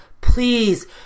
please